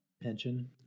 pension